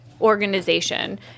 organization